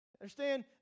Understand